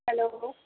hello